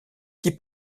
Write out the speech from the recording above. qui